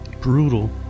brutal